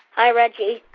hi, reggie